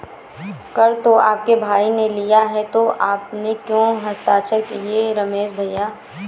कर तो आपके भाई ने लिया है तो आपने क्यों हस्ताक्षर किए रमेश भैया?